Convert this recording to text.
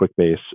QuickBase